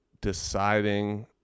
deciding